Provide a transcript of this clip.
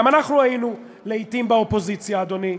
גם אנחנו היינו לעתים באופוזיציה, אדוני,